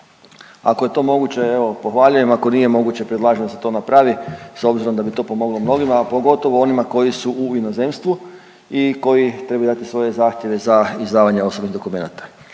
Ako je to moguće evo pohvaljujem, ako nije moguće predlažem da se to napravi s obzirom da bi to pomoglo mnogima, a pogotovo onima koji su u inozemstvu i koji trebaju dati svoje zahtjeve za izdavanje osobnih dokumenata.